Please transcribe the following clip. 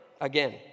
again